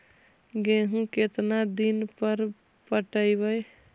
गेहूं केतना दिन पर पटइबै?